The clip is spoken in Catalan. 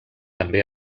també